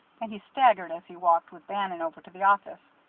and he staggered as he walked with bannon over to the office.